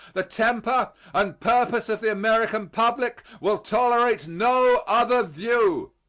the temper and purpose of the american public will tolerate no other view.